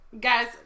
Guys